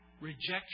rejection